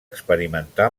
experimentar